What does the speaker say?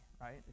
right